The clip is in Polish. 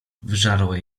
wyżarła